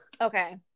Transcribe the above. okay